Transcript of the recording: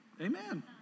Amen